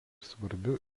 svarbiu